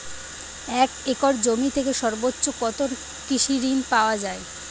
এক একর জমি থেকে সর্বোচ্চ কত কৃষিঋণ পাওয়া য়ায়?